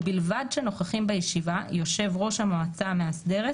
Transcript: ובלבד שנוכחים בישיבה יושב- ראש המועצה המאסדרת